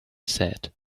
said